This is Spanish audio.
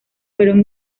fueron